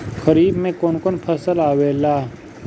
खरीफ में कौन कौन फसल आवेला?